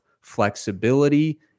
flexibility